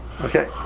Okay